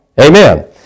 Amen